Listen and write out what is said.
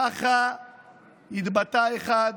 כך התבטא אחד,